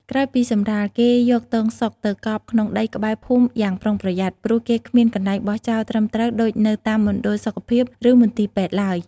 ក្រោយពីសម្រាល គេយកទងសុកទៅកប់ក្នុងដីក្បែរភូមិយ៉ាងប្រុងប្រយ័ត្ន ព្រោះគេគ្មានកន្លែងបោះចោលត្រឹមត្រូវដូចនៅតាមមណ្ឌលសុខភាព ឬ មន្ទីរពេទ្យឡើយ។